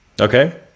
Okay